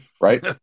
right